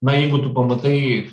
na jeigu tu pamatai